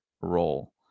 role